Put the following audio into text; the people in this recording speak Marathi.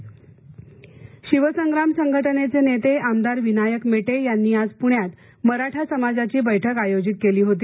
मराठा शिवसंग्राम संघटनेचे नेते आमदार विनायक मेटे यांनी आज पुण्यात मराठा समाजाची बैठक आयोजित केली होती